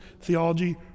theology